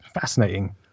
fascinating